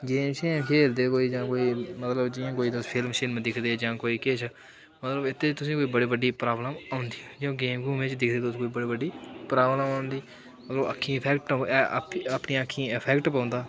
game खेढदे जां कोई मतलब जि'यां कोई फिल्म दिखदे जां कोई किश तुसेंगी कोई बड़ी बड्डी प्राॅब्लम औंदी जि'यां गेम दिखदे तुस बड़ी बड्डी प्राॅब्लम औंदी ओह् अक्खीं इफैक्ट अपनी अक्खीं इफैक्ट पौंदा